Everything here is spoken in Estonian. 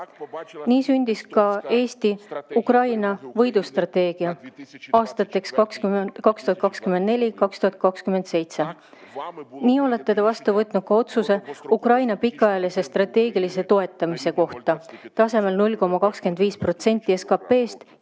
Nii sündis ka Eesti Ukraina võidu strateegia aastateks 2024–2027. Nii olete te vastu võtnud otsuse Ukraina pikaajalise strateegilise toetamise kohta tasemel 0,25% SKP-st